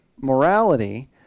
morality